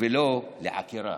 ולא לעקירה.